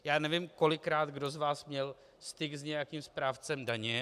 Já nevím, kolikrát kdo z vás měl styk s nějakým správcem daně.